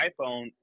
iPhone